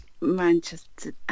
Manchester